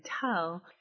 tell